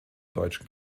deutschen